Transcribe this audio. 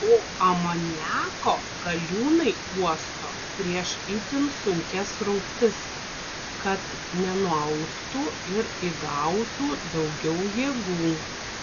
o amoniako galiūnai uosto prieš itin sunkias rungtis kad nenualptų ir įgautų daugiau jėgų